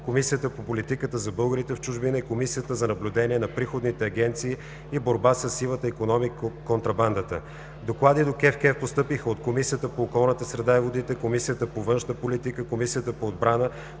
Комисията по политиките за българите в чужбина и Комисията за наблюдение на приходните агенции и борба със сивата икономика и контрабандата. Доклади до КЕВКЕФ постъпиха от: Комисията по околната среда и водите, Комисията по външна политика, Комисията по отбрана,